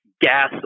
gas